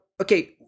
okay